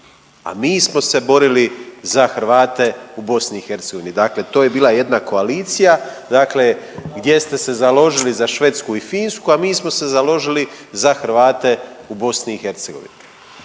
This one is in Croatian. a mi smo se borili za Hrvate u BiH, dakle to je bila jedna koalicija, dakle gdje ste se založili za Švedsku i Finsku, a mi smo se založili za Hrvate u BiH.